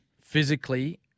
physically